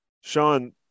Sean